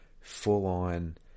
full-on